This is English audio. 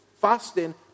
fasting